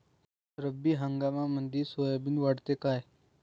रब्बी हंगामामंदी सोयाबीन वाढते काय?